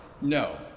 No